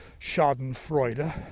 schadenfreude